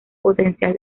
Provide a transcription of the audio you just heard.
potencial